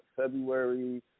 February